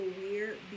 weird